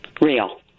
real